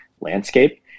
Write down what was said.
landscape